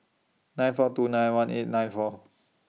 nine four two nine one eight nine four